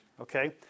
Okay